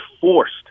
forced